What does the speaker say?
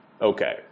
Okay